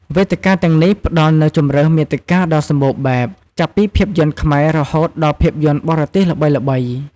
វេទិកាទាំងនេះផ្ដល់នូវជម្រើសមាតិកាដ៏សម្បូរបែប ចាប់ពីភាពយន្តខ្មែរ រហូតដល់ភាពយន្តបរទេសល្បីៗ។